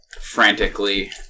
frantically